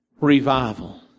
revival